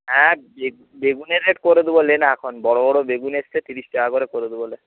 হ্যাঁ বেগুনের রেট করে দেব নেয়ে না এখন বড়ো বড়ো বেগুন এসছে তিরিশ টাকা করে করে দেব নে